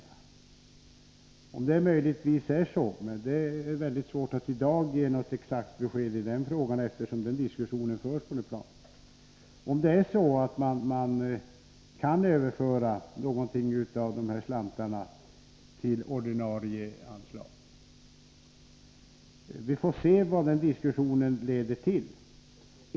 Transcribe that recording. Eftersom den diskussionen pågår är det mycket svårt att i dag ge något exakt besked om man kan överföra en del av dessa slantar till ordinarie anslag. Vi får se vad diskussionen leder till.